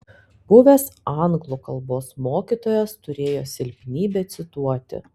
buvęs anglų kalbos mokytojas turėjo silpnybę cituoti